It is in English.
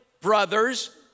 brothers